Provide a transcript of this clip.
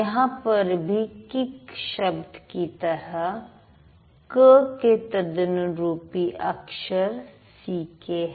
यहां पर भी किक शब्द की तरह क के तदनुरूपी अक्षर सीके है